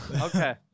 Okay